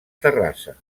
terrassa